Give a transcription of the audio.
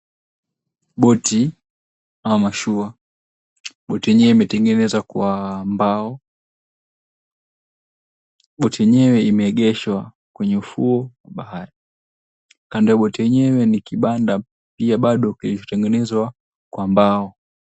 Boti au mashua, boti enyewe imetengenezwa kwa mbao, boti enyewe imeegeshwa kwenye ufuo wa bahari, kando ya boti enyewe ni kibanda pia bado kilichotengenezwa kwa mbao.